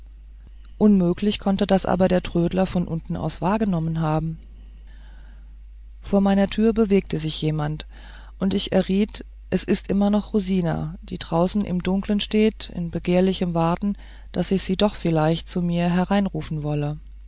unmöglich konnte das aber der trödler von unten aus wahrgenommen haben vor meiner tür bewegte sich jemand und ich erriet es ist immer noch rosina die draußen im dunkeln steht in begehrlichem warten daß ich sie doch vielleicht zu mir hereinrufen wolle